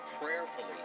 prayerfully